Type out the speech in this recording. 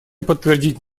подтвердить